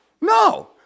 No